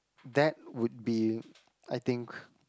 that would be I think